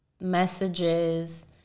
messages